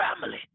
family